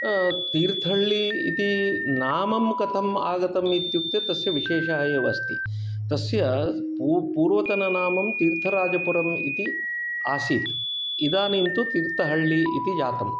तीर्थहल्लि इति नाम कथम् आगतम् इत्युक्ते तस्य विशेषः एव अस्ति तस्य पूर् पूर्वतननामं तीर्थराजपुरम् इति आसीत् इदानीं तु तीर्थहल्लि इति जातम्